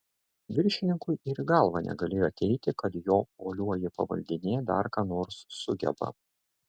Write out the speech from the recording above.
viršininkui ir į galvą negalėjo ateiti kad jo uolioji pavaldinė dar ką nors sugeba